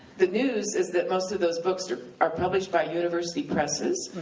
the news is that most of those books are are published by university presses,